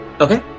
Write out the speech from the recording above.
okay